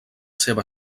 seva